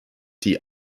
die